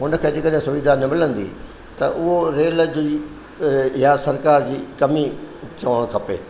उन खे अॼुकल्ह इहे सुविधा न मिलंदी त उहो रेल जी या सरकार जी कमी चवणु खपे